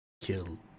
kill